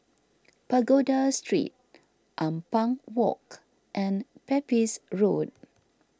Pagoda Street Ampang Walk and Pepys Road